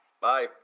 Bye